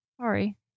Sorry